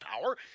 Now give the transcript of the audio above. power